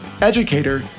educator